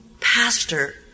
Pastor